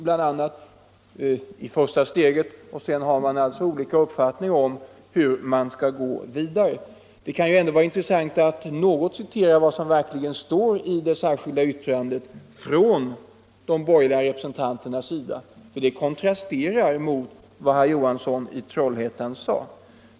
Alla är ense om det s.k. första steget, men sedan har man olika uppfattning om hur man skall gå vidare. Det kan vara intressant att citera något av vad som verkligen står i det särskilda yttrandet från de borgerliga representanterna. Det kontrasterar mot vad herr Johansson i Trollhättan sade.